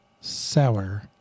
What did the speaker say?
sour